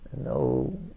no